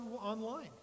online